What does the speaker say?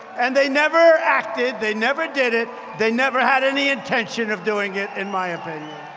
and they never acted, they never did it. they never had any intention of doing it, in my opinion.